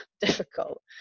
difficult